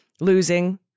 losing